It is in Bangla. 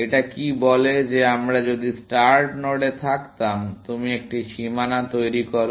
এটা কি বলে যে আমরা যদি স্টার্ট নোডে থাকতাম তুমি একটি সীমানা তৈরি করো